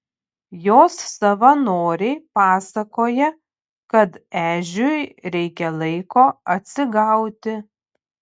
jos savanoriai pasakoja kad ežiui reikia laiko atsigauti